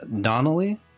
Donnelly